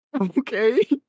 okay